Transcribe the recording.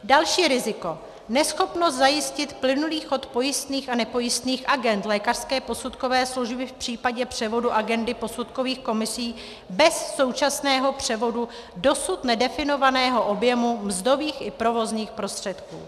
Další riziko neschopnost zajistit plynulý chod pojistných a nepojistných agend lékařské posudkové služby v případě převodu posudkových komisí bez současného převodu dosud nedefinovaného objemu mzdových i provozních prostředků.